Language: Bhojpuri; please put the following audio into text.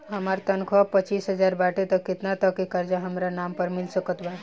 हमार तनख़ाह पच्चिस हज़ार बाटे त केतना तक के कर्जा हमरा नाम पर मिल सकत बा?